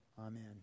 amen